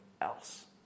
else